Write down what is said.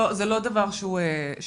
מבחינה תקציבית זה לא דבר שהוא בשמיים.